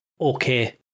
okay